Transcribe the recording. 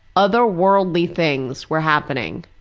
other worldly things were happening.